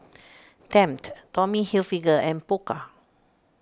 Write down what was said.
Tempt Tommy Hilfiger and Pokka